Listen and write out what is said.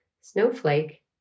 Snowflake